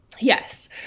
Yes